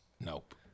Nope